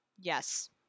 Yes